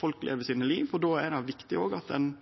folk lever sine liv, og då er det viktig at ein klarer å finne dei daglegdagse løysingane som gjer at ein